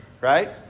right